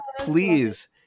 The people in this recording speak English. please